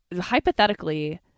hypothetically